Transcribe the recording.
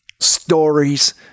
Stories